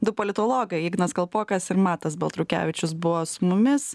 du politologai ignas kalpokas ir matas baltrukevičius buvo su mumis